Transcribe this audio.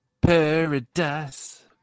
Paradise